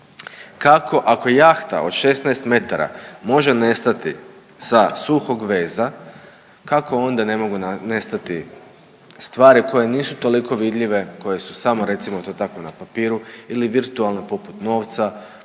kako ako jahta od 16 metara može nestati sa suhog veza, kako onda ne mogu nestati stvari koje nisu toliko vidljive, koje su samo recimo to tako na papiru ili virtualne poput novca,